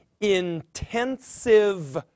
intensive